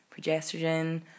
progesterone